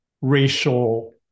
racial